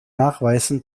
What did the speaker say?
nachweisen